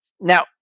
Now